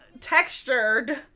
textured